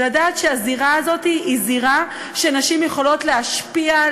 ולדעת שהזירה הזאת היא זירה שבה נשים יכולות להשפיע,